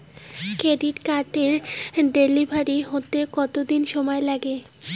Credit কার্ডের delivery হতে কতদিন সময় লাগে?